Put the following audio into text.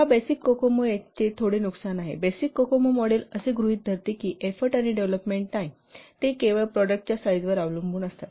पहा basic COCOMO चे थोडे नुकसान आहेत बेसिक कोकोमो मॉडेल असे गृहीत धरते की एफोर्ट आणि डेव्हलोपमेंट टाईम ते केवळ प्रॉडक्टच्या साईजवर अवलंबून असतात